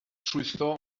trwytho